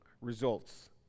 results